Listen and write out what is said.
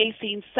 facing